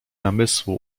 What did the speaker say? namysłu